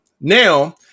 Now